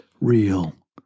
real